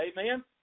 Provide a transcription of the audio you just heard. amen